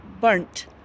burnt